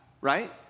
right